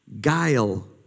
guile